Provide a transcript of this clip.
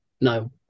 No